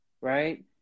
Right